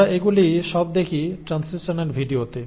আমরা এগুলি সব দেখি ট্রান্সলেশনাল ভিডিওতে